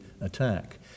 attack